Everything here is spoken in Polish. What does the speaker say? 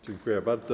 Dziękuję bardzo.